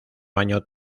año